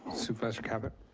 supervisor caput?